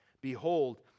Behold